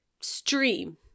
stream